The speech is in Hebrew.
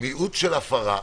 מיעוט של הפרה,